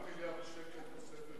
4 מיליארד שקל תוספת